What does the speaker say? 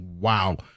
wow